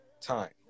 time